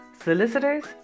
solicitors